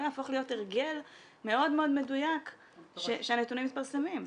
יהפוך להיות הרגל מאוד מאוד מדויק שהנתונים מתפרסמים.